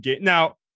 Now